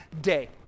day